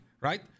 right